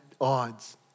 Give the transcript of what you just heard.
odds